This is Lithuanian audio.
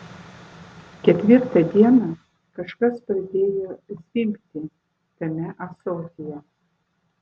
ketvirtą dieną kažkas pradėjo zvimbti tame ąsotyje